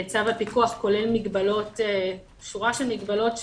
צו הפיקוח כולל שורה של מגבלות,